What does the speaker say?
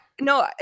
No